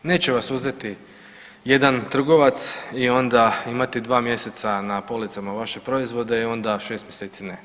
Neće vas uzeti jedan trgovac i onda imati 2 mjeseca na policama vaše proizvode i onda 6 mjeseci ne.